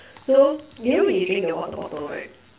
so you know when you drink your water bottle right